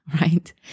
right